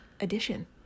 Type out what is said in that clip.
edition